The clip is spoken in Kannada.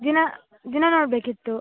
ದಿನ ದಿನ ನೋಡಬೇಕಿತ್ತು